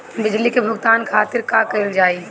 बिजली के भुगतान खातिर का कइल जाइ?